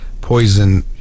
poison